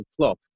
cloth